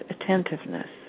attentiveness